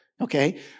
okay